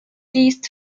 least